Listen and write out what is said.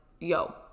yo